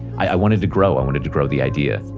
i wanted to grow. i wanted to grow the idea.